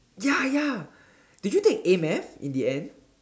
ya ya did you take A-math in the end